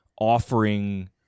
offering